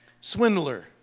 Swindler